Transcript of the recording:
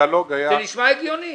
זה נשמע הגיוני.